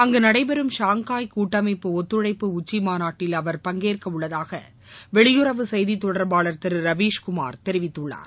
அங்கு நடைபெறும் ஷாங்காய் கூட்டமைப்பு ஒத்துழைப்பு உச்சி மாநாட்டில் பங்கேற்கவுள்ளதாக வெளியுறவு செய்தி தொடர்பாளர் திரு ரவீஷ்குமார் தெரிவித்துள்ளார்